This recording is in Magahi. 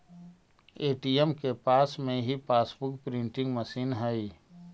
ए.टी.एम के पास में ही पासबुक प्रिंटिंग मशीन हई